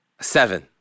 Seven